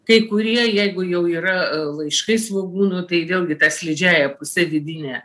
kai kurie jeigu jau yra laiškai svogūnų tai vėlgi ta slidžiąja puse vidine